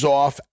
off